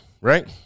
right